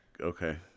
okay